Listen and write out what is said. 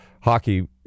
hockey